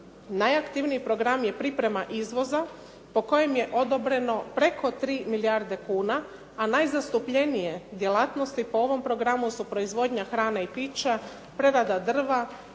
Najaktivniji program je priprema izvoza po kojem je odobreno preko 3 milijarde kuna, a najzastupljenije djelatnosti po ovom programu su proizvodnja hrane i pića, prerada drva,